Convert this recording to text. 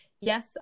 yes